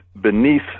beneath